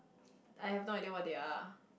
I have no idea what they are